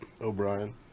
O'Brien